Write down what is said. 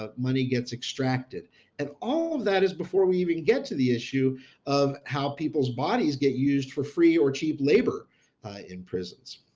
ah money gets extracted and all that is before we even get to the issue of how people's bodies get used for free or cheap labor in prisons.